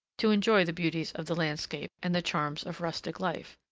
to enjoy the beauties of the landscape and the charms of rustic life.